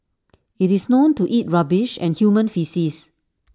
IT is known to eat rubbish and human faeces